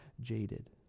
jaded